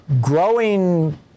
growing